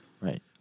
Right